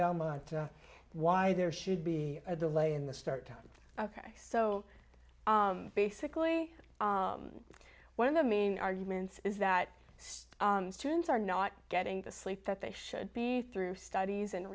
belmont why there should be a delay in the start it's ok so basically one of the main arguments is that students are not getting the sleep that they should be through studies and